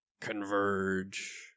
converge